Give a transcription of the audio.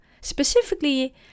specifically